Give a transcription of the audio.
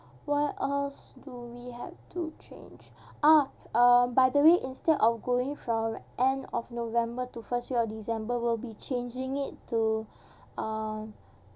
what else do we have to change ah uh by the way instead of going from end of november to first week of december we'll be changing it to uh